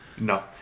No